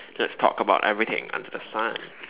let's talk about everything under the sun